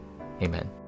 Amen